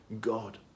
God